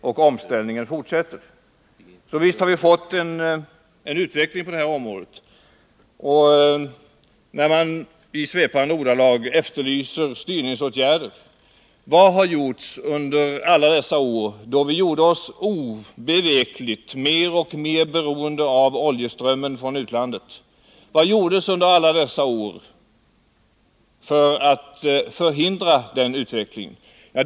Och omställningen fortsätter, så visst har vi fått en utveckling på det här området. När man i svepande ordalag efterlyser styrningsåtgärder frågar jag: Vad skedde under alla dessa år, då vi i Sverige gjorde oss obevekligt mer och mer beroende av oljeströmmen från utlandet? Vad gjordes under alla dessa år för att förhindra den utvecklingen?